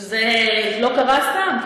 זה לא קרה סתם.